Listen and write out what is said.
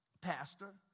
pastor